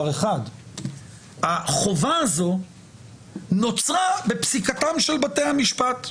אחד והוא שהחובה הזו נוצרה בפסיקתם של בתי המשפט.